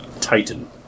Titan